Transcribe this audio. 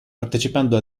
partecipando